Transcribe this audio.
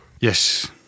Yes